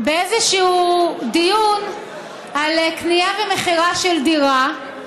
באיזשהו דיון על קנייה ומכירה של דירה,